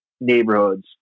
neighborhoods